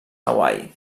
hawaii